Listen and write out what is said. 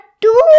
two